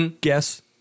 guess